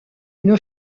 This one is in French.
une